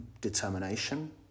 determination